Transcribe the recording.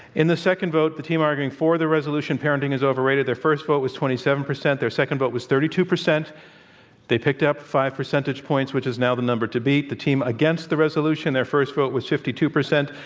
in the second vote, the team arguing for the resolution parenting is overrated their first vote was twenty seven percent their second vote was thirty two percent they picked up five percentage points, which is now the number to beat. the team against the resolution their first vote was fifty two percent.